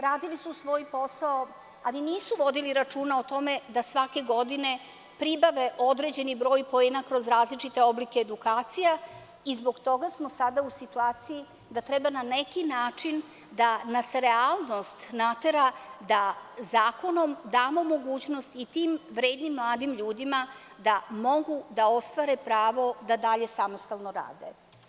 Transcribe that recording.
Radili su svoj posao, ali nisu vodili računa o tome da svake godine pribave određeni broj poena kroz različite oblike edukacija, i zbog toga smo sada u situaciji da treba na neki način da nas realnost natera da zakonom damo mogućnost i tim vrednim mladim ljudima da mogu da ostvare pravo da dalje samostalno rade.